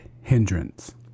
hindrance